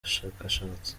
bashakashatsi